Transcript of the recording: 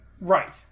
Right